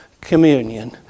communion